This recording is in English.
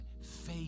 faith